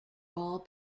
all